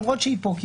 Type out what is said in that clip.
למרות שהיא פה,